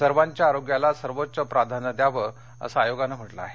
सर्वांच्या आरोग्याला सर्वोच्च प्राधान्य द्यावं असं आयोगानं म्हटलं आहे